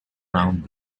round